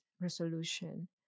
resolution